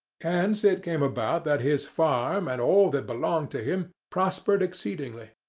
hence it came about that his farm and all that belonged to him prospered exceedingly.